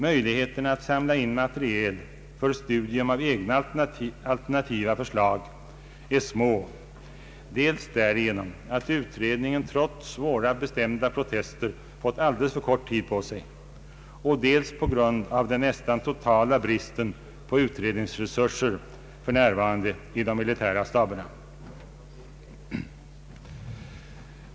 Möjligheterna att samla in material för studium av egna alternativa förslag är små, dels därigenom att utredningen trots våra bestämda protester fått alldeles för kort tid på sig, dels på grund av den nästan totala bristen på utredningsresurser för närvarande i de militära staberna.